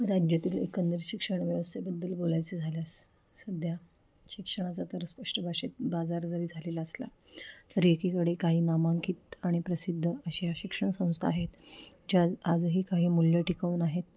राज्यातील एकंदर शिक्षण व्यवस्थेबद्दल बोलायचं झाल्यास सध्या शिक्षणाचा तर स्पष्ट भाषेत बाजार जरी झालेला असला तरी एकीकडे काही नामांकित आणि प्रसिद्ध अशा शिक्षण संस्था आहेत ज्या आजही काही मूल्य टिकवून आहेत